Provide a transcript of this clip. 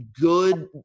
good